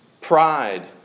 pride